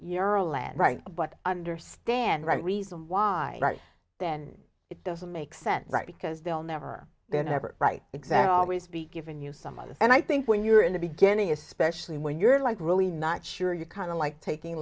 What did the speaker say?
euro land right but understand right reason why then it doesn't make sense right because they'll never they're never right exact always be given you some of them and i think when you're in the beginning especially when you're like really not sure you kind of like taking